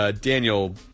Daniel